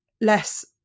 less